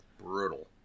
Brutal